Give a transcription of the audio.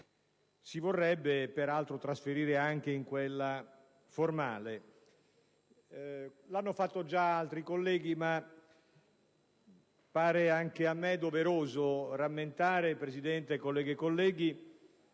si vorrebbe peraltro trasferire anche in quella formale. Lo hanno fatto già altri colleghi, ma sembra anche a me doveroso rammentare, Presidente, colleghe e colleghi,